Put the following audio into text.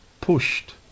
pushed